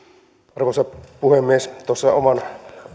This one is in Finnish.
arvoisa puhemies tuossa oman